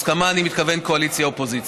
הסכמה, אני מתכוון קואליציה-אופוזיציה.